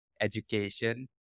education